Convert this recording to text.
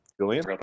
Julian